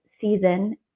season